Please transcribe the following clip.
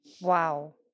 Wow